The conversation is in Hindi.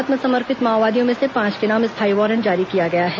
आत्मसमर्पित माओवादियों में से पांच के नाम स्थायी वारंट जारी किया गया है